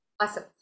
awesome